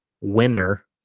winner